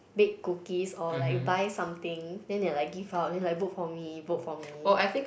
bake cookies or like buy something then they are like give out then like vote for me vote for me